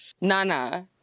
Nana